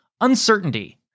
Uncertainty